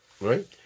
right